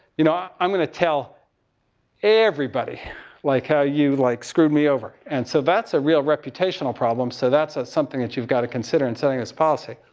you know, i'm going to tell everybody like, how you like, screwed me over. and so that's a real reputational problem. so that's ah something that you've gotta consider in setting this policy.